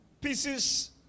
pieces